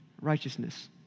Righteousness